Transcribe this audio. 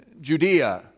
Judea